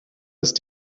ist